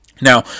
Now